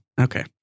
Okay